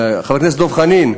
חבר הכנסת דב חנין,